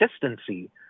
consistency